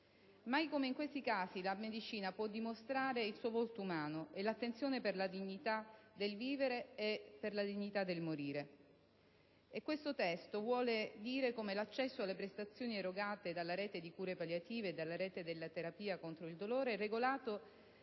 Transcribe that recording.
Mai come in questi casi la medicina può dimostrare il suo volto umano e l'attenzione per la dignità del vivere e del morire. Secondo il testo, l'accesso alle prestazioni erogate dalla rete di cure palliative e dalla rete delle terapie contro il dolore è regolato